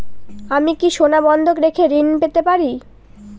আমি কি সোনা বন্ধক রেখে ঋণ পেতে পারি?